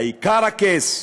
העיקר הכס,